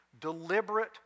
Deliberate